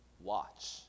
watch